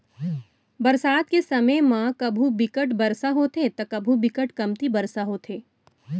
बरसात के समे म कभू बिकट बरसा होथे त कभू बिकट कमती बरसा होथे